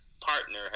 partner